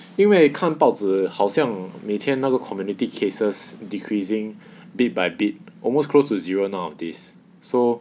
因为看报纸好像每天那个 community cases decreasing bit by bit almost close to zero nowadays so